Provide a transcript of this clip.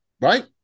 right